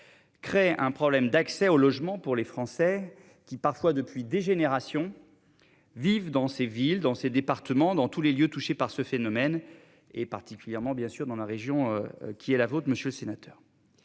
Crée un problème d'accès au logement pour les Français qui parfois depuis des générations. Vivent dans ces villes dans ces départements dans tous les lieux touchés par ce phénomène est particulièrement bien sûr dans la région qui est la vôtre, monsieur sénateur.